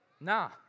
Nah